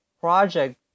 project